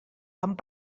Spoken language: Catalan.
amb